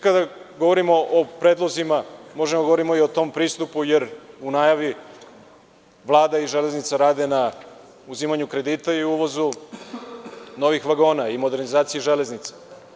Kada govorimo o predlozima, možemo govoriti o tom pristupu, jer u najavi Vlada i Železnica rade na uzimanju kredita i uvozu novih vagona i modernizaciji Železnice.